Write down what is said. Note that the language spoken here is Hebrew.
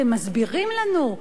אתם מסבירים לנו,